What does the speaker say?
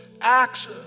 acts